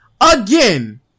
again